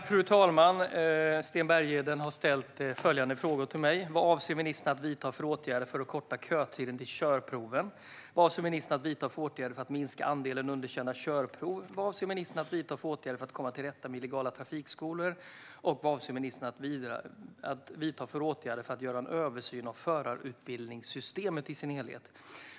Fru talman! Sten Bergheden har ställt följande frågor till mig: Vad avser ministern att vidta för åtgärder för att korta kötiden till körproven? Vad avser ministern att vidta för åtgärder för att minska andelen underkända körprov? Vad avser ministern att vidta för åtgärder för att komma till rätta med illegala trafikskolor? Vad avser ministern att vidta för åtgärder för att göra en översyn av förarutbildningssystemet i sin helhet?